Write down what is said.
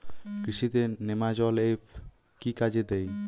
কৃষি তে নেমাজল এফ কি কাজে দেয়?